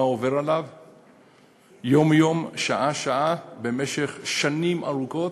מה עובר עליו יום-יום, שעה-שעה, במשך שנים ארוכות.